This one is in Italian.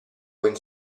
open